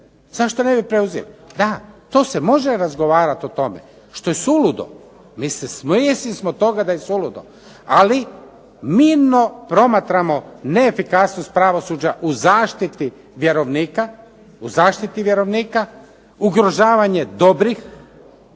na sebe dio rizika? Da, to se može razgovarati o tome što je suludo. Svjesni smo toga da je suludo ali mirno promatramo neefikasnost pravosuđa u zaštiti vjerovnika, ugrožavanje dobrih